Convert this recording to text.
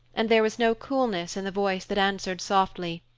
and there was no coolness in the voice that answered softly,